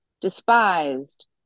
despised